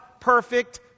perfect